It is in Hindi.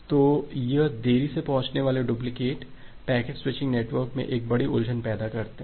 तो यह देरी से पहुचने वाले डुप्लिकेट पैकेट स्विचिंग नेटवर्क में एक बड़ी उलझन पैदा करते हैं